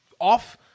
off